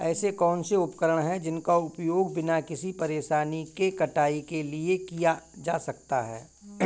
ऐसे कौनसे उपकरण हैं जिनका उपयोग बिना किसी परेशानी के कटाई के लिए किया जा सकता है?